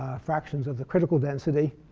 fractions of the critical density.